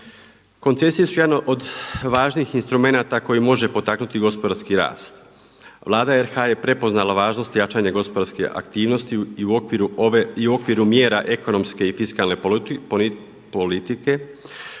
Koncesije su jedan od važnijih instrumenata koje može potaknuti gospodarski rast. Vlada RH je prepoznala važnost jačanje gospodarske aktivnosti i u okviru mjera ekonomske i fiskalne politike,